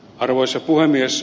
arvoisa puhemies